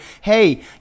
hey